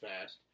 fast